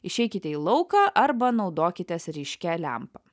išeikite į lauką arba naudokitės ryškia lempa